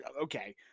Okay